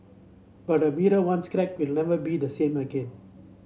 but a mirror once cracked will never be the same again